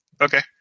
Okay